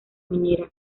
minera